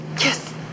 Yes